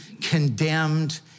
condemned